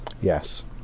Yes